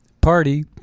party